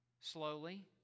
slowly